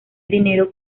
dinero